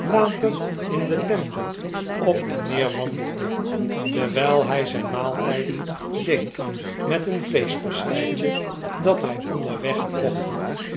later in den temple op en neer wandelde terwijl hij zijn maaltijd deed met een vleeschpasteitje dat hij onderweg gekocht had